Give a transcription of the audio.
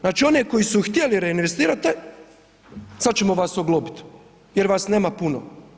Znači one koji su htjeli reinvestirati e sad ćemo vas oglobit jer vas nema puno.